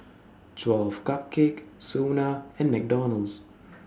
twelve Cupcakes Sona and McDonald's